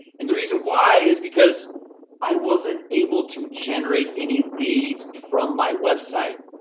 and the reason why is because i wasn't able to generate any leads from my website.